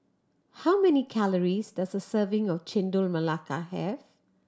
how many calories does a serving of Chendol Melaka have